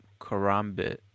karambit